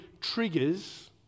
triggers